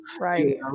right